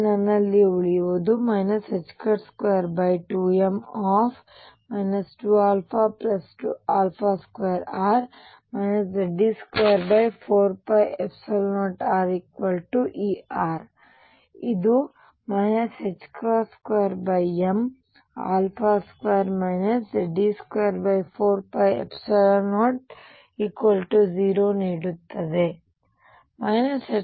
ನನ್ನಲ್ಲಿ ಉಳಿದಿರುವುದು 22m 2α2r Ze24π0rEr ಇದು 2m2 Ze24π00 ನೀಡುತ್ತದೆ